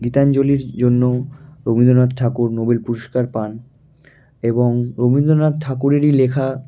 গীতাঞ্জলির জন্য রবীন্দনাথ ঠাকুর নোবেল পুরস্কার পান এবং রবীন্দনাথ ঠাকুরেরই লেখা